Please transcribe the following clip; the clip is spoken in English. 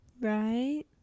right